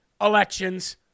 elections